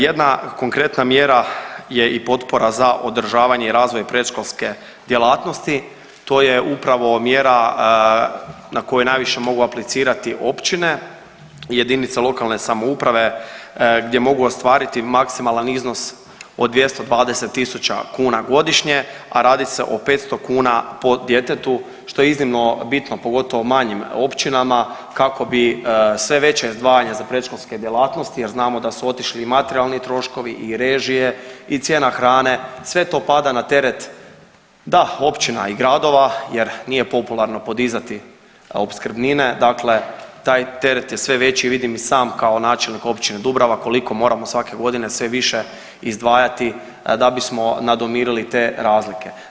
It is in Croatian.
Jedna konkretna mjera je i potpora za održavanje i razvoj predškolske djelatnosti, to je upravo mjera na koju najviše mogu aplicirati općine, jedinice lokalne samouprave gdje mogu ostvariti maksimalan iznos od 220 tisuća kuna godišnje, a radi se o 500 kuna po djetetu što je iznimno bitno, pogotovo manjim općinama kako bi sve veće izdvajanja za predškolske djelatnosti jer znamo da su otišli i materijalni troškovi i režije i cijena hrane, sve to pada na teret, da, općina i gradova jer nije popularno podizati opskrbnine, dakle taj teret je sve veći i vidim i sam kao načelnik općine Dubrava koliko moramo svake godine sve više izdvajati da bi smo nadomirili te razlike.